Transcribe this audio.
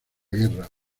guerra